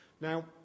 Now